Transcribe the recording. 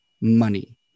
money